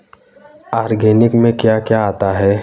Organic में क्या क्या आता है?